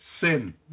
sin